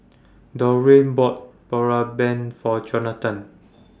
Dorene bought Boribap For Jonathon